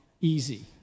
easy